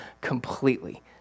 completely